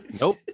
Nope